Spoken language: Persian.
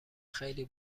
خیلی